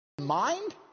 mind